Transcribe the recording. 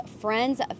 friends